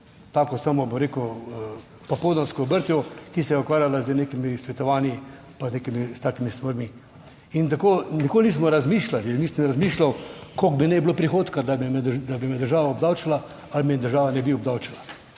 tako samo, bom rekel, popoldansko obrtjo, ki se je ukvarjala z nekimi svetovanji, pa z nekimi, s takimi stvarmi. In tako nikoli nismo razmišljali, nisem razmišljal, koliko bi naj bilo prihodka, da bi me država obdavčila ali me država ne bi obdavčila.